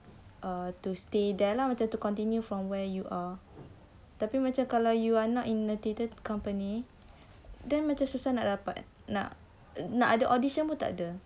uh to stay there lah macam to continue from where you are tapi macam kalau you are not in the theatre company then macam susah nak dapat nak ada audition pun tak ada